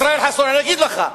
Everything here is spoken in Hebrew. ישראל חסון, אני אגיד לך.